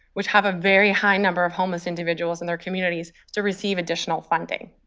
which have a very high number of homeless individuals in their communities, to receive additional funding.